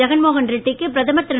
ஜெகன்மோகன் ரெட்டிக்கு பிரதமர் திரு